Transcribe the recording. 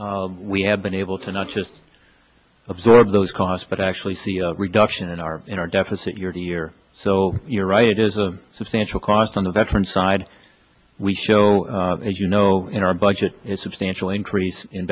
we have been able to not just absorb those costs but actually see a reduction in our in our deficit year to year so you're right it is a substantial cost on the veterans side we show as you know in our budget substantial increase in